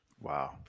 Wow